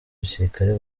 igisirikare